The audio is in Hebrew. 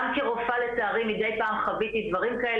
גם כרופאה לצערי מדי פעם חוויתי דברים כאלה,